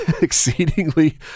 exceedingly